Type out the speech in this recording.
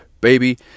baby